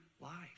life